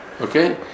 okay